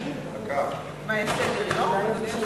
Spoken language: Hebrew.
אין סדר-יום, אדוני היושב-ראש?